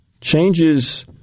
changes